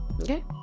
Okay